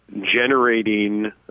generating